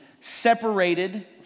separated